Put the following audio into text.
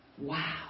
Wow